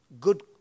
good